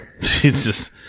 Jesus